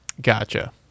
Gotcha